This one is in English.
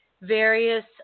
various